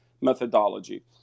methodology